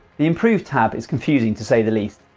the improve tab is confusing to say the least,